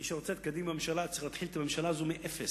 מי שרוצה את קדימה בממשלה צריך להתחיל את הממשלה הזאת מאפס,